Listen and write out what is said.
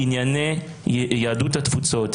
ענייני יהדות התפוצות,